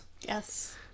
Yes